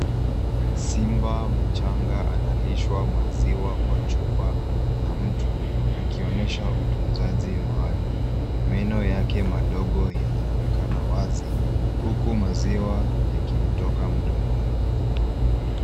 Simba mchanga analishwa maziwa kwa chupa na mtu, akionesha utunzaji maalumu. Meno yake madogo yanaonekana wazi, huku maziwa yakimtoka mdomoni.